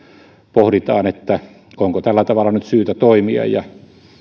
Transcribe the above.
pohditaan onko tällä tavalla nyt syytä toimia ja